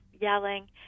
yelling